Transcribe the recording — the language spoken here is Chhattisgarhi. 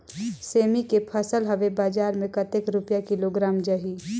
सेमी के फसल हवे बजार मे कतेक रुपिया किलोग्राम जाही?